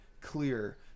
clear